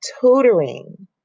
tutoring